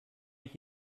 ich